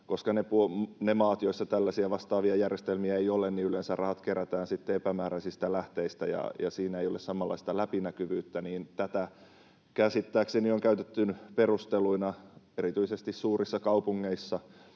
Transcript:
koska niissä maissa, joissa tällaisia vastaavia järjestelmiä ei ole, yleensä rahat kerätään epämääräisistä lähteistä ja siinä ei ole samanlaista läpinäkyvyyttä. Tätä käsittääkseni on käytetty perusteluna erityisesti suurissa kaupungeissa